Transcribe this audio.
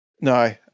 No